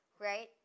right